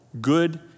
good